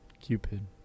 Cupid